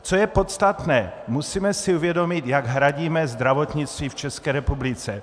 Co je podstatné, musíme si uvědomit, jak hradíme zdravotnictví v České republice.